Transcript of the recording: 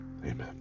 amen